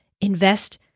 Invest